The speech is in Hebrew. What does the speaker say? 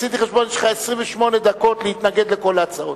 עשיתי חשבון שיש לך 28 דקות להתנגד לכל ההצעות.